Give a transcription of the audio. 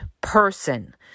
person